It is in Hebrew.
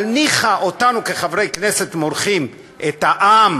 אבל ניחא, אותנו, כחברי כנסת, מורחים, אבל את העם